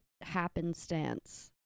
happenstance